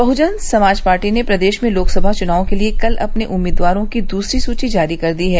Bahujan Samaj Party ने प्रदेश में लोकसभा चुनाव के लिये कल अपने उम्मीदवारों की दूसरी सूची जारी कर दी है